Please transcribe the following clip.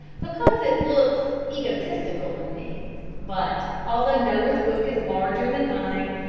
because it looks egotistical in me but, although noah's book is larger than mine,